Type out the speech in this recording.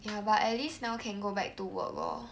ya but at least now can go back to work lor